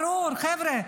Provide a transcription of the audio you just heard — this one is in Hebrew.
ברור: חבר'ה,